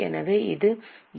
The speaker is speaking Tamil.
எனவே இது என்